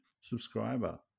subscriber